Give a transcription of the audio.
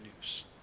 news